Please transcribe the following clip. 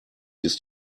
ist